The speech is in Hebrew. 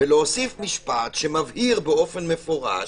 ולהוסיף משפט שמבהיר מפורשות,